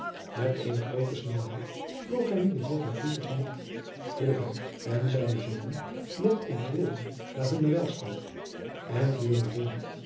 met eene groote snelheid vloog hij nu den heer van vliet te gemoet vroeg hem en zijne zonen met ontroering naar hunnen welstand en viel